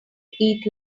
eat